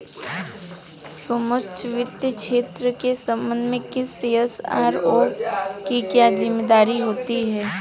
सूक्ष्म वित्त क्षेत्र के संबंध में किसी एस.आर.ओ की क्या जिम्मेदारी होती है?